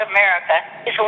America